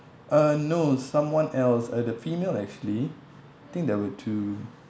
uh no someone else uh the female actually think there were two